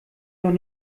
doch